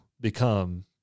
become